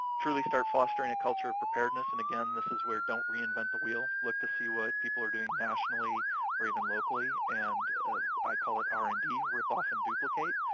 truly start fostering a culture of preparedness. and, again, this is where don't reinvent the wheel. look to see what people are doing nationally or even locally, and i call it r and d rip off and duplicate.